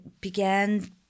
began